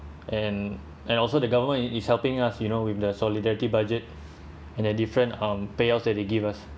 and and also the government is is helping us you know with the solidarity budget and a different um payouts that they give us